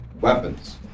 Weapons